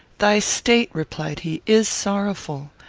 thy state, replied he, is sorrowful.